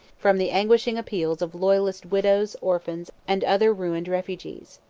from the anguishing appeals of loyalist widows, orphans, and other ruined refugees.